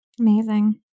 Amazing